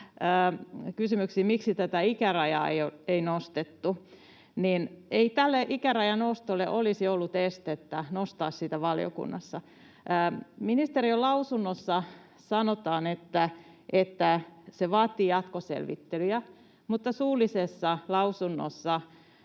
miksi tätä ikärajaa ei nostettu. Ei tälle ikärajan nostolle olisi ollut estettä valiokunnassa. Ministeriön lausunnossa sanotaan, että se vaatii jatkoselvittelyjä, mutta suullisessa lausunnossa